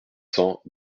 cents